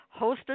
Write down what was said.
hosted